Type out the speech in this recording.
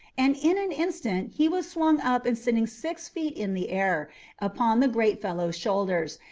and in an instant he was swung up and sitting six feet in the air upon the great fellow's shoulder,